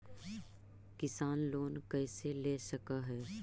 किसान लोन कैसे ले सक है?